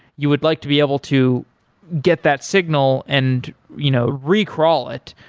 you would like to be able to get that signal and you know, re-crawl it,